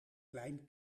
klein